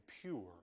pure